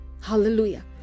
Hallelujah